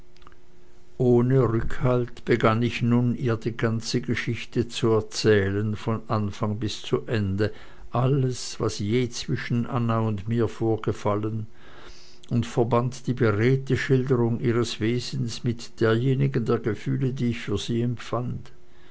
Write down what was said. ohne rückhalt begann ich nun ihr die ganze geschichte zu erzählen von anfang bis zu ende alles was je zwischen anna und mir vorgefallen und verband die beredte schilderung ihres wesens mit derjenigen der gefühle die ich für sie empfand